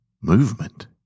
Movement